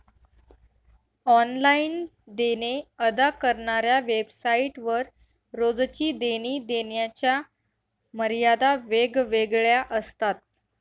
online देणे अदा करणाऱ्या वेबसाइट वर रोजची देणी देण्याच्या मर्यादा वेगवेगळ्या असतात